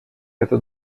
это